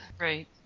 Right